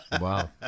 Wow